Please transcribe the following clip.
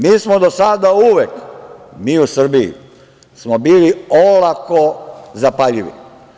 Mi smo do sada uvek, mi u Srbiji smo bili olako zapaljivi.